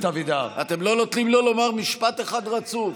אתם לא נותנים לו לומר משפט אחד רצוף.